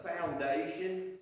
foundation